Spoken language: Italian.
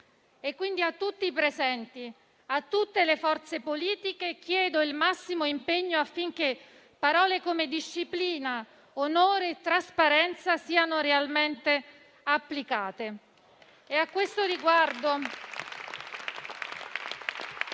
Quindi, a tutti presenti e a tutte le forze politiche chiedo il massimo impegno affinché parole come disciplina, onore e trasparenza siano realmente applicate.